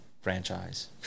franchise